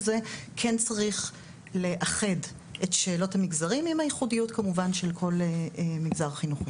זה כן צריך לאחד את שאלות המגזרים עם הייחודיות כמובן של כל מגזר חינוכי.